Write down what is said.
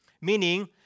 meaning